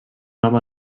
nom